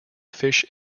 fish